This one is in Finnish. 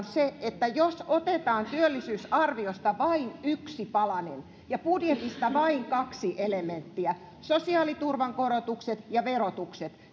se että jos otetaan työllisyysarviosta vain yksi palanen ja budjetista vain kaksi elementtiä sosiaaliturvan korotukset ja verotukset